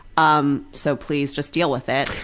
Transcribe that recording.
um so please just deal with it.